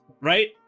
right